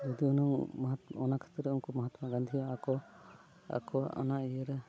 ᱡᱩᱫᱤ ᱦᱩᱱᱟᱹᱝ ᱢᱚᱦᱟᱛᱢᱟ ᱚᱱᱟ ᱠᱷᱟᱹᱛᱤᱨ ᱩᱱᱠᱩ ᱢᱚᱦᱟᱛᱢᱟ ᱜᱟᱹᱱᱫᱷᱤ ᱦᱚᱸ ᱟᱠᱚ ᱟᱠᱚᱣᱟᱜ ᱚᱱᱟ ᱤᱭᱟᱹᱨᱮ